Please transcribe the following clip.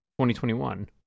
2021